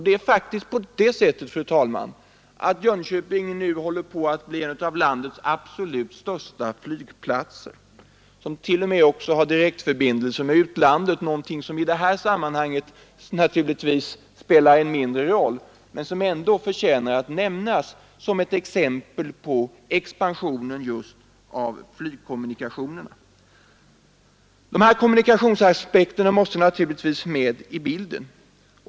Det är faktiskt på det sättet, fru talman, att Jönköping nu håller på att bli en av landets absolut största flygplatser — som t.o.m. har direktförbindelse med utlandet; någonting som i det här sammanhanget naturligtvis spelar mindre roll men som ändå förtjänar att nämnas som ett exempel på expansionen just av flygkommunikationerna. De här kommunikationsaspekterna måste tas med i bilden.